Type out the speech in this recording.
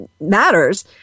matters